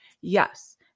Yes